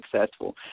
successful